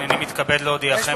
הנני מתכבד להודיעכם,